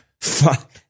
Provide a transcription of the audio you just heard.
Fuck